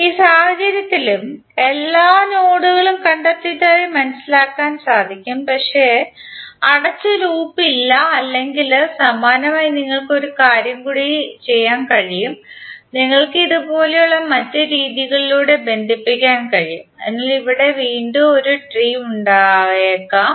ഈ സാഹചര്യത്തിലും എല്ലാ നോഡുകളും കണ്ടെത്തിയതായി മനസിലാക്കാൻ സാധിക്കും പക്ഷേ അടച്ച ലൂപ്പില്ല അല്ലെങ്കിൽ സമാനമായി നിങ്ങൾക്ക് ഒരു കാര്യം കൂടി ചെയ്യാൻ കഴിയും നിങ്ങൾക്ക് ഇതുപോലുള്ള മറ്റ് രീതികളിലൂടെ ബന്ധിപ്പിക്കാൻ കഴിയും അതിനാൽ അവിടെ വീണ്ടും ഒരു ട്രീ ഉണ്ടായേക്കാം